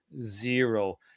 zero